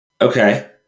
Okay